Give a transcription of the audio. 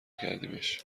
کردیمش